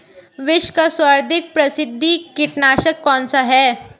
विश्व का सर्वाधिक प्रसिद्ध कीटनाशक कौन सा है?